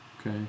okay